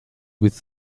with